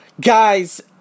Guys